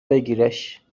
بگیرش